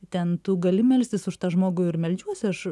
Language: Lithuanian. ten tu gali melstis už tą žmogų ir meldžiuosi aš